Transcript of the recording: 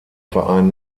verein